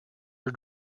are